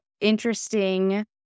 interesting